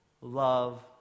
love